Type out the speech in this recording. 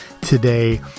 today